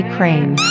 Crane